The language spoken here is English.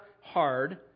hard